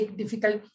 difficult